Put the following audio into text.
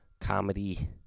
comedy